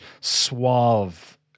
suave